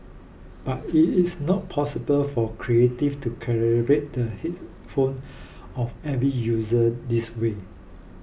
but it is not possible for Creative to the headphone of every user this way